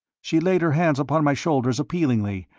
she laid her hands upon my shoulders appealingly,